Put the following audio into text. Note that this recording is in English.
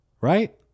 right